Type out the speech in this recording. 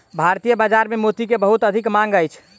भारतीय बाजार में मोती के बहुत अधिक मांग अछि